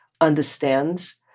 understands